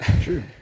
True